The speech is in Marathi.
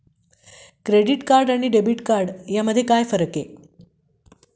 क्रेडिट कार्ड आणि डेबिट कार्ड यामध्ये काय फरक आहे?